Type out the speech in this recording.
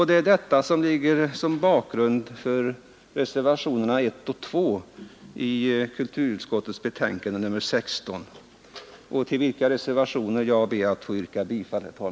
Det är detta som är bakgrunden till reservationerna 1 och 2 vid kulturutskottets betänkande nr 16, till vilka jag ber att få yrka bifall.